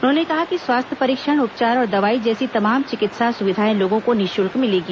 उन्होंने कहा कि स्वास्थ्य परीक्षण उपचार और दवाई जैसी तमाम चिकित्सा सुविधाए लोगो को निःशुल्क मिलेगी